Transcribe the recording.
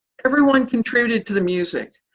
everyone contributed to the music,